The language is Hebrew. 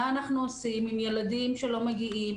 מה אנחנו עושים עם ילדים שלא מגיעים,